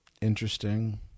Interesting